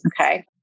Okay